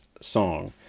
Song